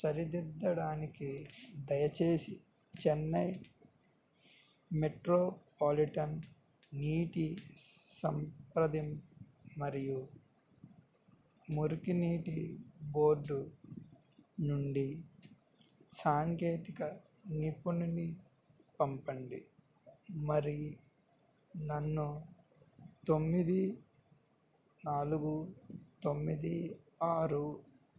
సరిదిద్దడానికి దయచేసి చెన్నై మెట్రోపాలిటన్ నీటి సంప్రదింపు మరియు మురికి నీటి బోర్డు నుండి సాంకేతిక నిపుణుడిని పంపండి మరి నన్ను తొమ్మిది నాలుగు తొమ్మిది ఆరు